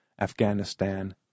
Afghanistan